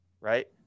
Right